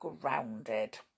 grounded